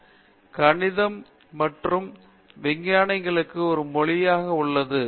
விஸ்வநாதன் கணிதம் மற்ற விஞ்ஞானிகளுக்கு ஒரு மொழியாக உள்ளது